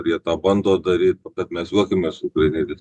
ir jie tą bando daryt bet mes juokiamės su ukrainietis